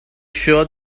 sure